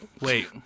wait